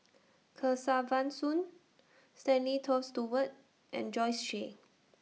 Kesavan Soon Stanley Toft Stewart and Joyce She